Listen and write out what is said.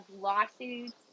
lawsuits